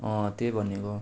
त्यही भनेको